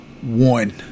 One